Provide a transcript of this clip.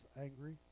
angry